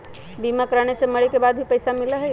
बीमा कराने से मरे के बाद भी पईसा मिलहई?